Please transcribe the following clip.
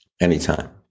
Anytime